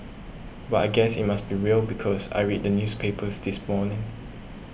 but I guess it must be real because I read the newspapers this morning